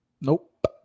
Nope